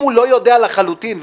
אם הוא לחלוטין לא ידע,